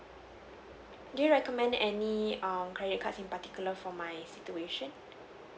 do you recommend any um credit cards in particular for my situation